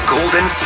Golden